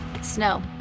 Snow